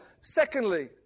Secondly